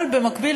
אבל במקביל,